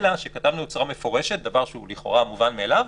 אלא שכתבנו בצורה מפורשת דבר שהוא לכאורה מובן מאליו,